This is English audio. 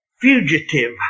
fugitive